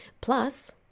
Plus